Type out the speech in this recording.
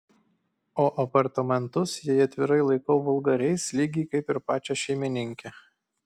o apartamentus jei atvirai laikau vulgariais lygiai kaip ir pačią šeimininkę